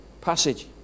passage